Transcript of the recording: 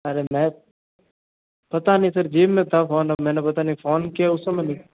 अरे मुझे याद नहीं सर मैंने फोन निकाला था फोन करने के लिए जेब में था फोन अब मैंने पता नहीं फोन किया उस से मैंने